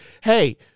hey